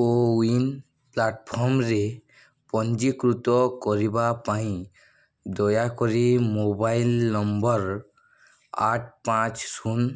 CoWIN ପ୍ଲାଟଫର୍ମରେ ପଞ୍ଜୀକୃତ କରିବା ପାଇଁ ଦୟାକରି ମୋବାଇଲ ନମ୍ବର ଆଠ ପାଞ୍ଚ ଶୂନ